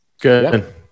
Good